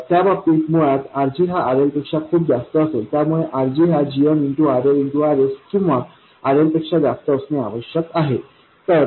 त्या बाबतीत मुळात RG हा RL पेक्षा खूपच जास्त असेल त्यामुळे RG हा gm RL Rs किंवा RL पेक्षा जास्त असणे आवश्यक आहे